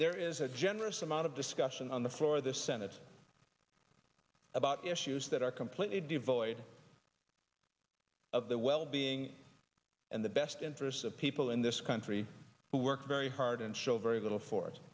there is a generous amount of discussion on the floor of the senate about issues that are completely devoid of the well being and the best interests of people in this country who work very hard and show very little fo